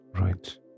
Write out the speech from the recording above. Right